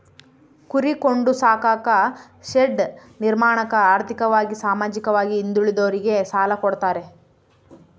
ಕುರಿ ಕೊಂಡು ಸಾಕಾಕ ಶೆಡ್ ನಿರ್ಮಾಣಕ ಆರ್ಥಿಕವಾಗಿ ಸಾಮಾಜಿಕವಾಗಿ ಹಿಂದುಳಿದೋರಿಗೆ ಸಾಲ ಕೊಡ್ತಾರೆ